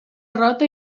rota